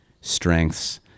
strengths